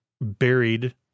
buried